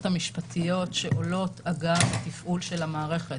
המשפטיות שעולות אגב תפעול של המערכת.